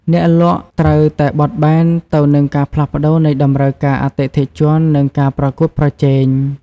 អ្នកលក់ត្រូវតែបត់បែនទៅនឹងការផ្លាស់ប្តូរនៃតម្រូវការអតិថិជន និងការប្រកួតប្រជែង។